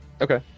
Okay